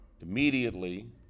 immediately